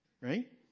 right